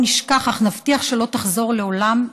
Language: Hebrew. לא נשכח אך נבטיח שלא תחזור לעולם,